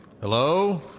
Hello